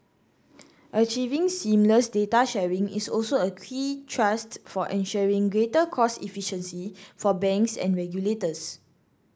achieving seamless data sharing is also a key thrust for ensuring greater cost efficiency for banks and regulators